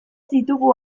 ditugu